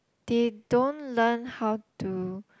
they don't learn how to